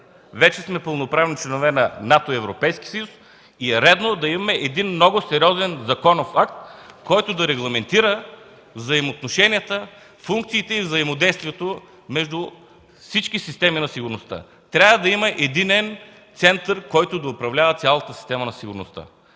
Вече сме пълноправни членове на НАТО и Европейския съюз и е редно да има много сериозен законов акт, който да регламентира взаимоотношенията, функциите и взаимодействията между всички системи за сигурност. Трябва да има единен център, който да управлява цялата система за сигурност.